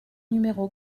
numéro